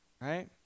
Right